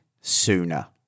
sooner